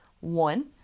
one